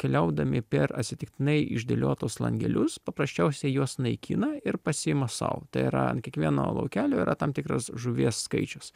keliaudami per atsitiktinai išdėliotus langelius paprasčiausiai juos naikina ir pasiima sau tai yra ant kiekvieno laukelio yra tam tikras žuvies skaičius